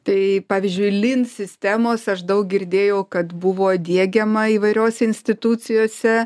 tai pavyzdžiui lin sistemos aš daug girdėjau kad buvo diegiama įvairiose institucijose